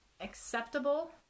acceptable